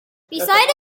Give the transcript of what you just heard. besides